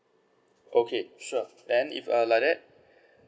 okay sure then if uh like that